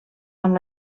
amb